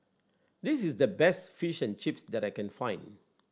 this is the best Fish and Chips that I can find